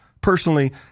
personally